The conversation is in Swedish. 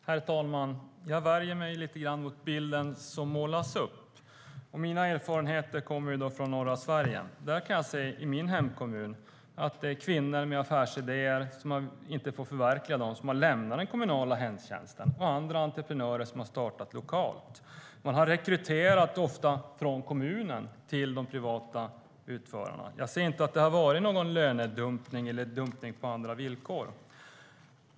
Herr talman! Jag värjer mig lite grann mot bilden som målas upp. Jag har erfarenhet från norra Sverige. I min hemkommun är det kvinnor som inte fått förverkliga sina affärsidéer som har lämnat den kommunala hemtjänsten och andra entreprenörer som har startat lokalt. De privata utförarna har ofta rekryterat från kommunen. Jag ser inte att det har varit någon lönedumpning eller dumpning av andra villkor.